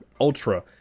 ultra